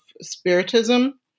spiritism